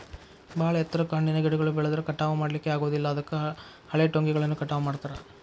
ಬಾಳ ಎತ್ತರಕ್ಕ್ ಹಣ್ಣಿನ ಗಿಡಗಳು ಬೆಳದ್ರ ಕಟಾವಾ ಮಾಡ್ಲಿಕ್ಕೆ ಆಗೋದಿಲ್ಲ ಅದಕ್ಕ ಹಳೆಟೊಂಗಿಗಳನ್ನ ಕಟಾವ್ ಮಾಡ್ತಾರ